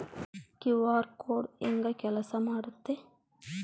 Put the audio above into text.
QR code ಹೆಂಗ ಕೆಲಸ ಮಾಡುತ್ತೆ?